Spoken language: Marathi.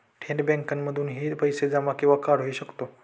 थेट बँकांमधूनही पैसे जमा आणि काढुहि शकतो